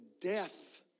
death